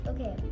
Okay